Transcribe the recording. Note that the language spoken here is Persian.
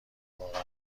واقعا